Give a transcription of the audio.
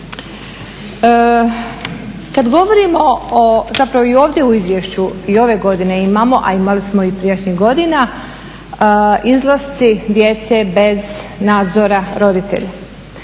Kad govorimo o, zapravo i ovdje u izvješću i ove godine imamo, a imali smo i prijašnjih godina izlasci djece bez nadzora roditelja.